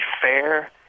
fair